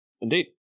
Indeed